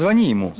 so name.